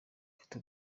ufite